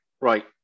right